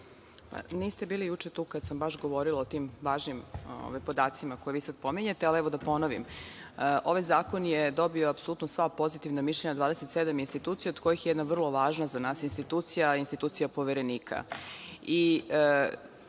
Niste bili juče tu kada sam baš govorila o tim važnim podacima koje vi sada pominjete, ali evo da ponovim. Ovaj zakon je dobio apsolutno sva pozitivna mišljenja od 27 institucija, od kojih je jedna vrlo važna za nas institucija, institucija poverenika.